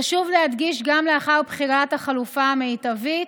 חשוב להדגיש: גם לאחר בחירת החלופה המיטבית,